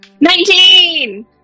Nineteen